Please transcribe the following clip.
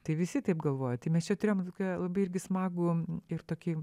tai visi taip galvoja tai mes čia turėjom tokią irgi smagų ir tokį